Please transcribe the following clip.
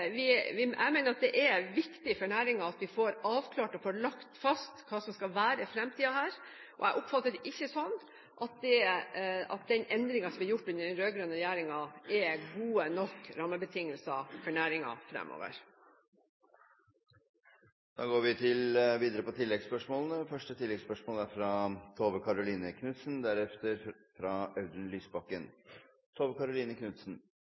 Jeg mener at det er viktig for næringen at vi får avklart og fastlagt hva som skal være fremtiden her, og jeg oppfatter det ikke sånn at den endringen som ble gjort under den rød-grønne regjeringen, gir gode nok rammebetingelser for næringen fremover.